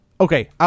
Okay